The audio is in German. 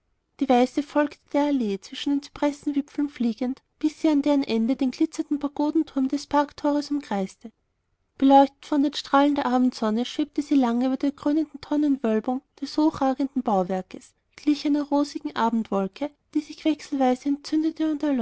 die weiße folgte der allee zwischen den zypressenwipfeln fliegend bis sie an deren ende den glitzernden pagodenturm des parktores umkreiste beleuchtet von den strahlen der abendsonne schwebte sie lange über der krönenden tonnenwölbung des hochragenden bauwerkes gleich einer rosigen abendwolke die sich wechselweise entzündete